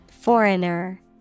Foreigner